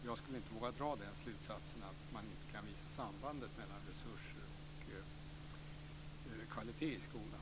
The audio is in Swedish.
Jag skulle inte våga dra slutsatsen att man inte kan visa på ett samband mellan resurser och kvalitet i skolan.